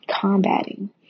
combating